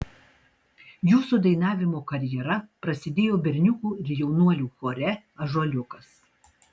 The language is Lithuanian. jūsų dainavimo karjera prasidėjo berniukų ir jaunuolių chore ąžuoliukas